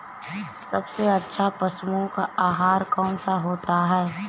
सबसे अच्छा पशुओं का आहार कौन सा होता है?